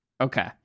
Okay